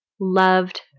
loved